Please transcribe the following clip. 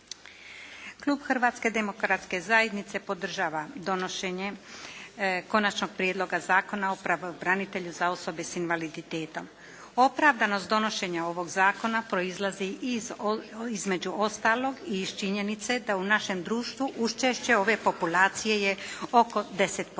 Klub Hrvatske demokratske zajednice podržava donošenje Konačnog prijedloga zakona o pravobranitelju za osobe s invaliditetom. Opravdanost donošenja ovog zakona proizlazi između ostalog i iz činjenice da u našem društvu učešće ove populacije je oko 10%.